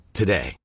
today